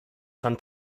von